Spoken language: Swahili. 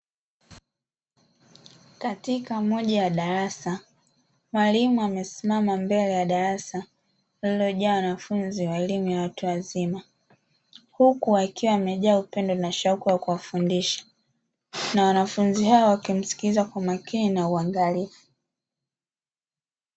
Katika moja ya darasa, mwalimu amesimama mbele ya darasa lililojaa wanafunzi wa elimu ya watu wazima, huku aliwa amejaa upendo na shauku ya kuwafundisha, na wanafunzi hao wakimsikiliza kwa makini na uangalifu.